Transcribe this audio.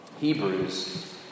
Hebrews